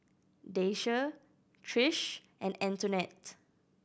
Daisye Trish and Antonette